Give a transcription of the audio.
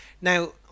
Now